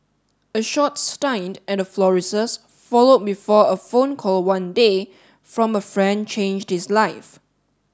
a short staint and a florist's followed before a phone call one day from a friend changed his life